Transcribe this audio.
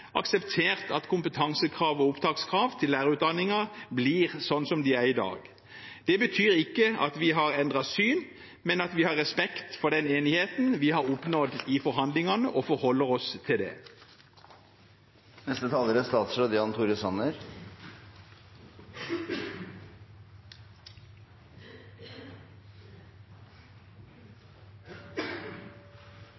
akseptert at kompetansekrav og opptakskrav til lærerutdanningen blir slik som de er i dag. Det betyr ikke at vi har endret syn, men at vi har respekt for den enigheten vi har oppnådd i forhandlingene, og forholder oss til det. Jeg er